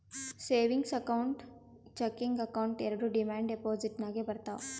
savings account, checking account ಎರೆಡು demand deposit ನಾಗೆ ಬರ್ತಾವ್